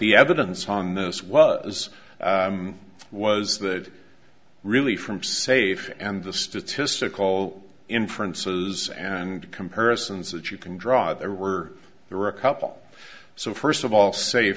the evidence on this well as was that really from safe and the statistical inference is and comparisons that you can draw there were there were a couple so first of all sa